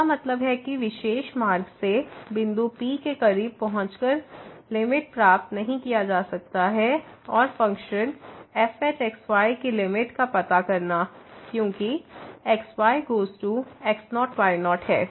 इसका मतलब है कि एक विशेष मार्ग से बिंदु P के करीब पहुंच कर लिमिट प्राप्त नहीं किया जा सकता है और फ़ंक्शन fx y की लिमिट का पता करना क्योंकि x y goes to x0 y0है